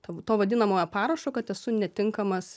to vadinamojo parašo kad esu netinkamas